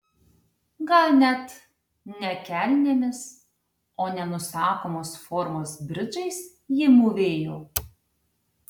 gal net ne kelnėmis o nenusakomos formos bridžais ji mūvėjo